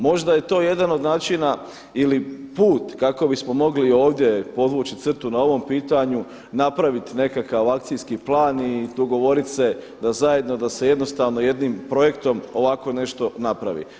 Možda je to jedan od načina ili put kako bismo mogli ovdje podvući crtu na ovom pitanju, napraviti nekakav akcijski plan i dogovoriti se da zajedno da se jednostavno jednim projektom ovako nešto napravi.